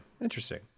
interesting